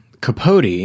Capote